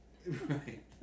Right